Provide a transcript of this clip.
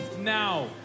now